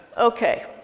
Okay